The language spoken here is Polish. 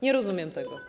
Nie rozumiem tego.